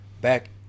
back